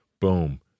boom